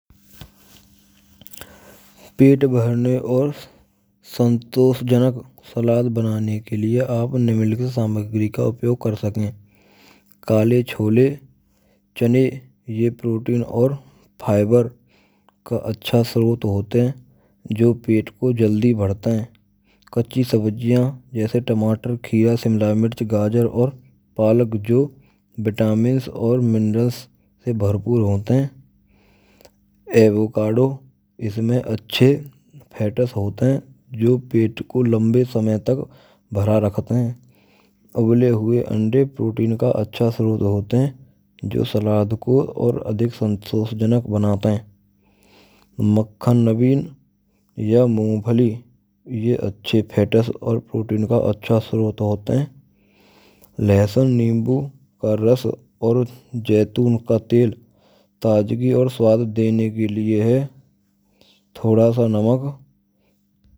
Pet bharane aur santoshajanak salaad banaane ke lie aap neimnlikhit samagre ka upayog kar sake. Kaale chhole chane: yeh protein aur fiber ka achchha strot hoat hain. Joo pet ko jaldee bharata hai. Kachi sabjee jaise tamaatar kheera shimala mirch, gaajar, aur palak jo vitaamin aur minarals se bharapur hote hain. Avocado isame ache fatas hote hain. Jo pet ko lambe samay tak bhara rakhate hain. Ubale hue ande protein ka acha strot hote hain. Jo salaad ko aur adhik santoshjanak banate hai. Makkhan naveen ya moongfali. Yah ache fatas aur proteen ka achchha strot hoat hai. Lahasun nimboo ka ras aur jaitun ka tel taajagee aur svaad dene ke lie hai, thoda sa namak.